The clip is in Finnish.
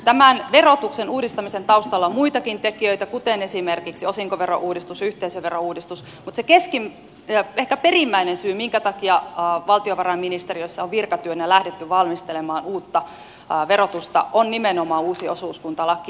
tämän verotuksen uudistamisen taustalla on muitakin tekijöitä kuten esimerkiksi osinkoverouudistus ja yhteisöverouudistus mutta se ehkä perimmäinen syy minkä takia valtiovarainministeriössä on virkatyönä lähdetty valmistelemaan uutta verotusta on nimenomaan uusi osuuskuntalaki